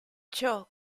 ciò